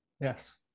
Yes